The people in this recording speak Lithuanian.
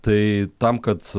tai tam kad